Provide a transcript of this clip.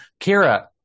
Kira